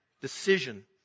decision